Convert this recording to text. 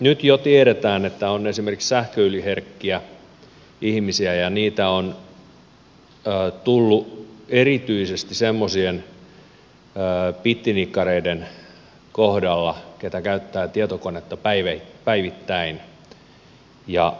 nyt jo tiedetään että on esimerkiksi sähköyliherkkiä ihmisiä ja heitä on tullut erityisesti semmoisten bittinikkareiden kohdalla jotka käyttävät tietokonetta päivittäin ja